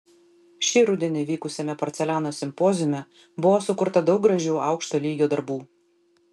šį rudenį vykusiame porceliano simpoziume buvo sukurta daug gražių aukšto lygio darbų